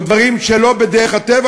או דברים שלא בדרך הטבע,